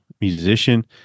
musician